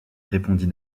répondit